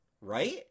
Right